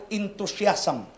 enthusiasm